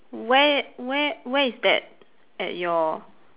where where where is that at your